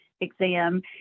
exam